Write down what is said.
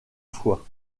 foi